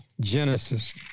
Genesis